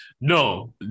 No